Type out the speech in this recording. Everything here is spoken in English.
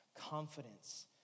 confidence